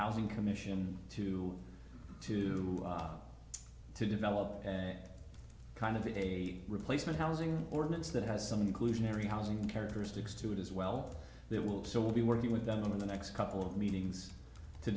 housing commission to to to develop a kind of a replacement housing ordinance that has some inclusionary housing characteristics to it as well there will still be working with them in the next couple of meetings to